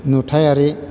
नुथायारि